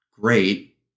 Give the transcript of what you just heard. great